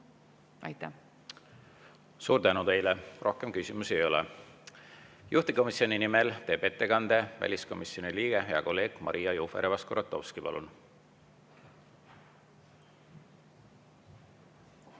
põhjal. Suur tänu teile! Rohkem küsimusi ei ole. Juhtivkomisjoni nimel teeb ettekande väliskomisjoni liige, hea kolleeg Maria Jufereva-Skuratovski. Palun!